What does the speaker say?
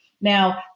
Now